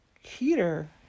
heater